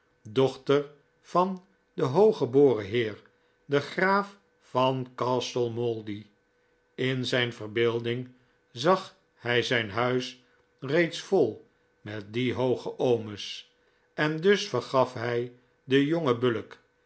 dochter van den hooggeboren heer den graaf van castlemouldy in zijn verbeelding zag hij zijn huis reeds vol met die hooge oomes en dus vergaf hij den jongen bullock